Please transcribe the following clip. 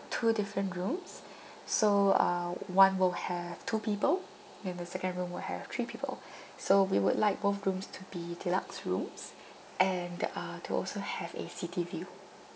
two different rooms so uh one will have two people and the second room will have three people so we would like both rooms to be deluxe rooms and uh to also have a city view